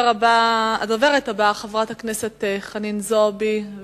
הדוברת הבאה, חברת הכנסת חנין זועבי.